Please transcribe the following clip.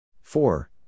four